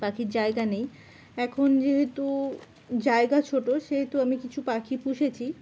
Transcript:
পাখির জায়গা নেই এখন যেহেতু জায়গা ছোটো সেহেতু আমি কিছু পাখি পুষেছি